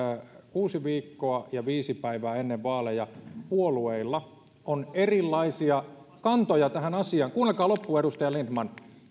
viikkoa ja viisi päivää ennen vaaleja puolueilla on erilaisia kantoja tähän asiaan kuunnelkaa loppuun edustaja lindtman